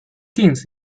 电子